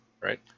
right